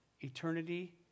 eternity